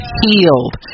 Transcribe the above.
healed